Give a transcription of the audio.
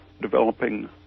developing